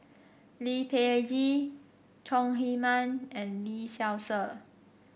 Lee Peh Gee Chong Heman and Lee Seow Ser